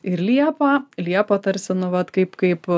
ir liepa liepa tarsi nu vat kaip kaip